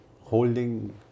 holding